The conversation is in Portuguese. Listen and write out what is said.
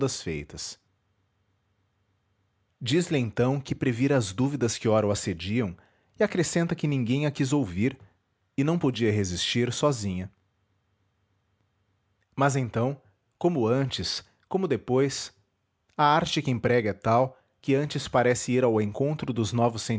todas feitas diz-lhe então que previra as dúvidas que ora o assediam e acrescenta que ninguém a quis ouvir e não podia resistir sozinha mas então como antes como depois a arte que emprega é tal que antes parece ir ao encontro dos novos